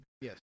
Yes